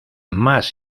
más